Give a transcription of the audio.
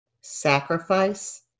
sacrifice